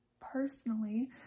personally